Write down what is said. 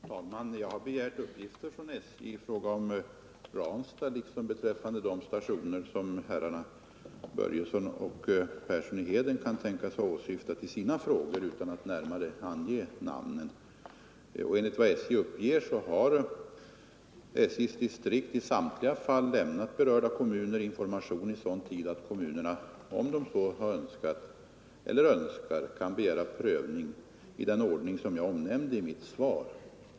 Fru talman! Jag har begärt uppgifter från SJ i fråga om Ransta liksom beträffande de stationer som herrarna Börjesson i Falköping och Persson i Heden kan tänkas ha åsyftat i sina frågor utan att närmare ange namnen. Enligt vad SJ uppger har SJ:s distrikt i samtliga fall lämnat berörda kommuner information i sådan tid att kommunerna, om de så önskat, har kunnat eller kan begära prövning i den ordning jag omnämnde i mitt svar.